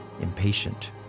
impatient